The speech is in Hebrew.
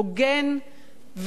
הוגן,